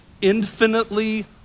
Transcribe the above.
infinitely